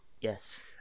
Yes